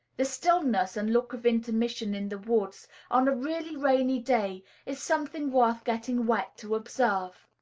the stillness and look of intermission in the woods on a really rainy day is something worth getting wet to observe.